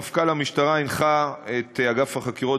מפכ"ל המשטרה הנחה את אגף החקירות